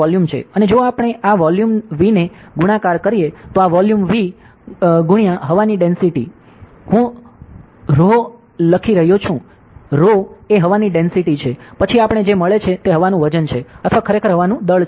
અને જો આપણે આ વોલ્યુમ V ને ગુણાકાર કરીએ તો આ વોલ્યુમ V x હવા ની ડેંસિટી હું આરએચઓ લખી રહ્યો છું ρ એ હવાની ડેંસિટી છે પછી આપણને જે મળે છે તે હવાનું વજન છે અથવા ખરેખર હવાનું દળ છે